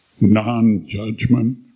non-judgment